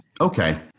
Okay